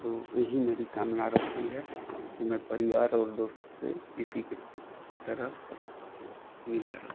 तो यही मेरी कामना रहती है कि मैं परिवार और दोस्त से इसी के तरह मिला रहूँ